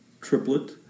triplet